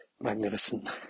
magnificent